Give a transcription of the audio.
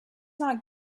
not